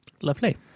Lovely